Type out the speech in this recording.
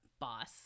boss